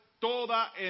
toda